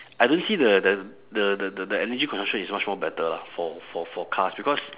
I don't see the the the the the energy consumption is much more better lah for for for cars because